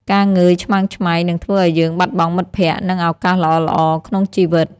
ការងើយឆ្មើងឆ្មៃ នឹងធ្វើឱ្យយើងបាត់បង់មិត្តភក្តិ និងឱកាសល្អៗក្នុងជីវិត។